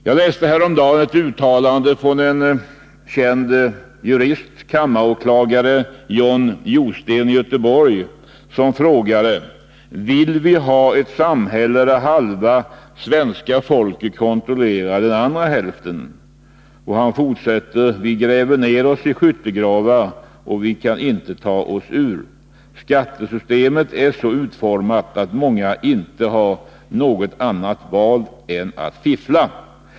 Jag läste häromdagen ett uttalande av en känd jurist, kammaråklagare John Josten i Göteborg, som frågade: Vill vi ha ett samhälle där halva svenska folket kontrollerar den andra hälften? Han fortsatte: Vi gräver ner oss i skyttegravar och kan inte ta oss ur. Skattesystemet är så utformat att många inte har något annat val än att fiffla.